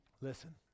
listen